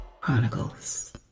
Chronicles